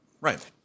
Right